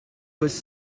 was